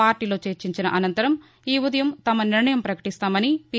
పార్టీలో చర్చించిన అనంతరం ఈ ఉదయం తమ నిర్ణయం ప్రకటిస్తామని పి